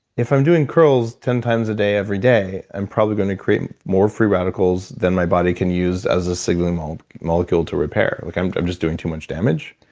if i'm doing curls ten times a day, every day, i'm probably going to create more free radicals than my body can use as a signaling um molecule to repair. like i'm i'm just doing too much damage.